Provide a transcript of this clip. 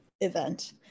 event